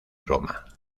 roma